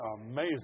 amazing